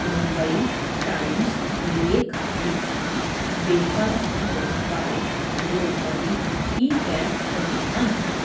Mumbai Times ਲੇਖ ਵਿੱਚ ਬੇਘਰ ਹੋਨ ਬਾਰੇ ਉਦਯੋਗਪਤੀ ਕੀ ਕਹਿ ਰਹੇ ਹਨ